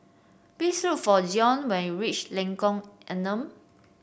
please look for Zion when you reach Lengkong Enam